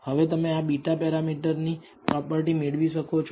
હવે તમે આ β પેરામીટરની પ્રોપર્ટી મેળવી શકો છો